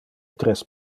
tres